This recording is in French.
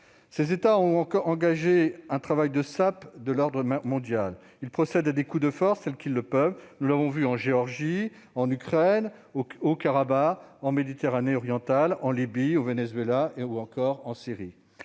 Ces derniers ont engagé un travail de sape de l'ordre mondial. Ils procèdent à des coups de force dès qu'ils le peuvent ; nous l'avons vu en Géorgie, en Ukraine, au Haut-Karabagh, en Méditerranée orientale, en Libye, au Venezuela ou encore en Syrie.